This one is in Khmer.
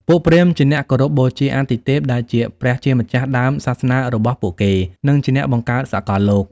ពួកព្រាហ្មណ៍ជាអ្នកគោរពបូជាអាទិទេព ដែលជាព្រះជាម្ចាស់ដើមសាសនារបស់ពួកគេ និងជាអ្នកបង្កើតសកលលោក។